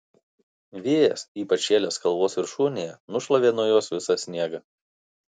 vėjas ypač šėlęs kalvos viršūnėje nušlavė nuo jos visą sniegą